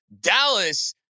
Dallas